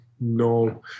No